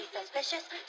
suspicious